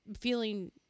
feeling